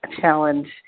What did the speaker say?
challenge